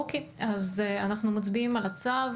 אוקיי, אז אנחנו מצביעים על הצו.